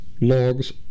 logs